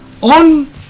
on